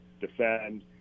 defend